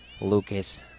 Lucas